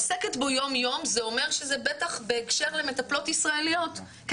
עוסקת בו יום יום זה אומר שזה בטח בהקשר למטפלות ישראליות כי